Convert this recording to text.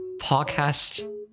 podcast